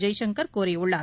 ஜெய்சங்கர் கூறியுள்ளார்